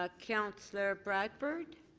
ah councillor bradford.